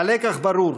הלקח ברור: